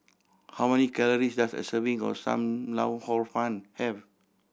how many calories does a serving of Sam Lau Hor Fun have